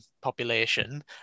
population